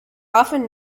often